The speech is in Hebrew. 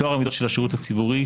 טוהר המידות של השירות הציבורי,